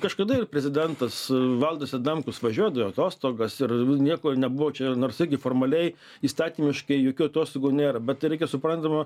kažkada ir prezidentas valdas adamkus važiuodavo į atostogas ir nieko nebuvo čia nors irgi formaliai įstatymiškai jokių atostogų nėra bet tai reikia suprantama